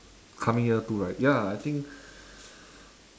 coming year two right ya I think